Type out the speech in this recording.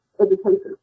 education